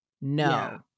No